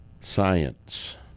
science